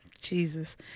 Jesus